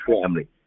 family